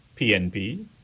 PNP